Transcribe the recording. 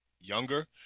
younger